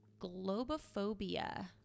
globophobia